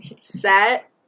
Set